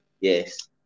Yes